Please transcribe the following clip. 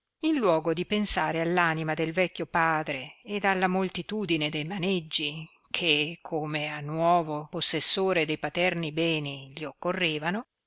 in luogo di pensare all anima del vecchio padre ed alla moltitudine de maneggi che come a nuovo possessore de paterni beni gli occorrevano